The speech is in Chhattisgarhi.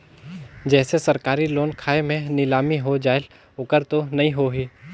जैसे सरकारी लोन खाय मे नीलामी हो जायेल ओकर तो नइ होही?